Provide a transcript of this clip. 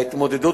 ההתמודדות